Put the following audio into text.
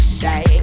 say